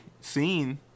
scene